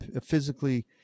physically